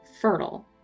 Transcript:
fertile